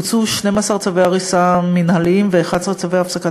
הוצאו 12 צווי הריסה מינהליים ו-11 צווי הפסקת